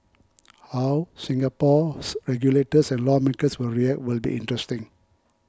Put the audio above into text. how Singapore's regulators and lawmakers will react will be interesting